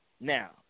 Now